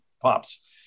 pops